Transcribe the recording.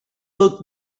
look